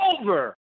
over